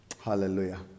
Hallelujah